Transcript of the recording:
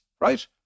right